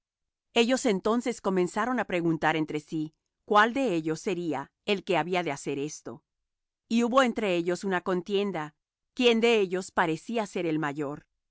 ellos entonces comenzaron á preguntar entre sí cuál de ellos sería el que había de hacer esto y hubo entre ellos una contienda quién de ellos parecía ser el mayor